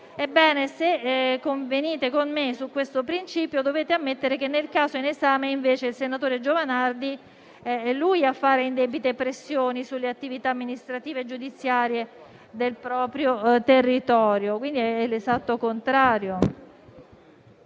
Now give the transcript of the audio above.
Ebbene, se convenite con me su questo principio, dovete ammettere che nel caso in esame invece è il senatore Giovanardi a fare indebite pressioni sulle attività amministrative e giudiziarie del proprio territorio. Quindi è l'esatto contrario.